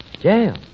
Jail